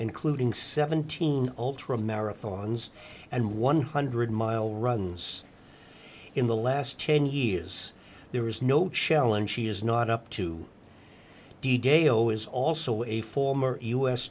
including seventeen ultra marathons and one hundred mile runs in the last ten years there is no challenge she is not up to d j o is also a former u